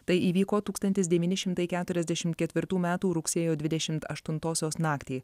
tai įvyko tūkstantis devyni šimtai keturiasdešimt ketvirtų metų rugsėjo dvidešimt aštuntosios naktį